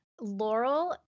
Laurel